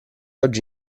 oggi